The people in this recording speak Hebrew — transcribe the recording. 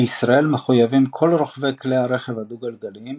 בישראל מחויבים כל רוכבי כלי הרכב הדו-גלגליים,